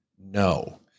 No